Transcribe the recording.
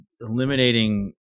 eliminating